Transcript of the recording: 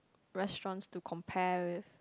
restaurants to compare with